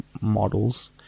models